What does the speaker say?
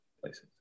places